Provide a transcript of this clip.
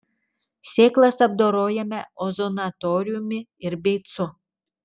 sėklas apdorojome ozonatoriumi ir beicu